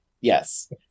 yes